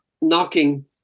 knocking